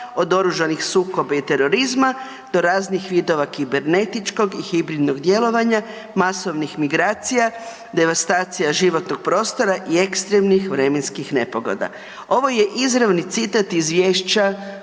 od oružanih sukoba i terorizma, do raznih vidova kibeernetičkog i hibridnog djelovanja, masovnih migracija, devastacija životnog prostora i ekstremnih vremenskih nepogoda. Ovo je izravni citat izvješća